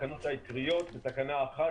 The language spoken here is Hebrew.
התקנות העיקריות) בתקנה 1,